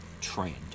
trend